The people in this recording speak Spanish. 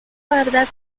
pardas